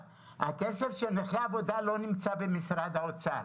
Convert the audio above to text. הכסף של נכי עבודה לא נמצא במשרד האוצר.